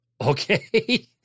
okay